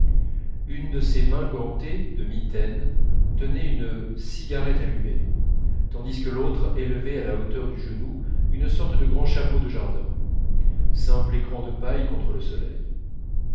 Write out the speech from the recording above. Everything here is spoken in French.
une de ses mains gantées de mitaines tenait une cigarette allumée tandis que l'autre élevait à la hauteur du genou une sorte de grand chapeau de jardin simple écran de paille contre le soleil